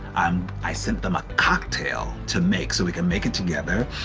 um i sent them a cocktail to make, so we can make it together.